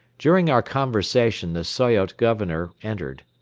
during our conversation the soyot governor entered.